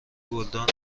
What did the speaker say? گلدان